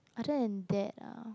other than that ah